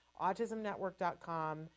autismnetwork.com